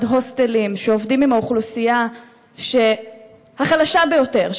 ממרכזי תעסוקה ועד הוסטלים שעובדים עם האוכלוסייה החלשה ביותר,